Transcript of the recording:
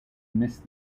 missed